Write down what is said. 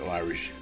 irish